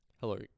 Hello